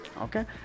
Okay